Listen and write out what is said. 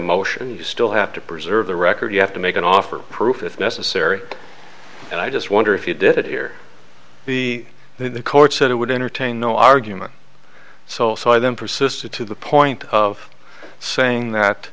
motion you still have to preserve the record you have to make an offer proof if necessary and i just wonder if you did hear the the court said it would entertain no argument so so i then persisted to the point of saying that